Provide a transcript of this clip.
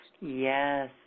yes